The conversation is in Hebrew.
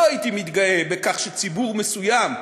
לא הייתי מתגאה בכך שציבור מסוים,